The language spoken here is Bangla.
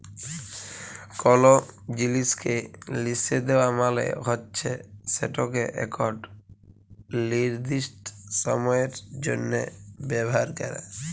কল জিলিসকে লিসে দেওয়া মালে হচ্যে সেটকে একট লিরদিস্ট সময়ের জ্যনহ ব্যাভার ক্যরা